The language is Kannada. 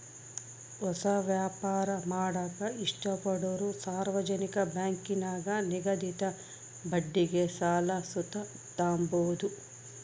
ಹೊಸ ವ್ಯಾಪಾರ ಮಾಡಾಕ ಇಷ್ಟಪಡೋರು ಸಾರ್ವಜನಿಕ ಬ್ಯಾಂಕಿನಾಗ ನಿಗದಿತ ಬಡ್ಡಿಗೆ ಸಾಲ ಸುತ ತಾಬೋದು